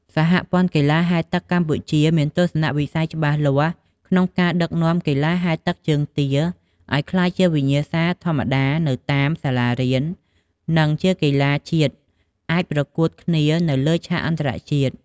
សហព័ន្ធកីឡាហែលទឹកកម្ពុជាមានទស្សនវិស័យច្បាស់លាស់ក្នុងការដឹកនាំកីឡាហែលទឹកជើងទាឲ្យក្លាយជាវិញ្ញាសាធម្មតានៅតាមសាលារៀន និងជាកីឡាជាតិអាចប្រកួតគ្នានៅលើឆាកអន្តរជាតិ។